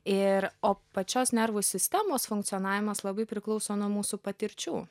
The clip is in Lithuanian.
ir o pačios nervų sistemos funkcionavimas labai priklauso nuo mūsų patirčių